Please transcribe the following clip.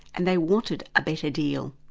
and they wanted a better deal.